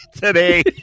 today